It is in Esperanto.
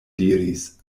diris